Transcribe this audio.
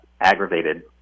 aggravated